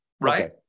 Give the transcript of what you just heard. Right